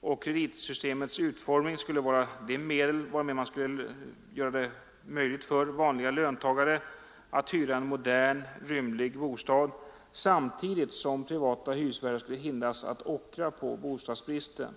och kreditsystemets utformning skulle vara de medel varmed man skulle göra det möjligt för vanliga löntagare att hyra en modern, rymlig bostad, samtidigt som privata hyresvärdar skulle hindras att ockra på bostadsbristen.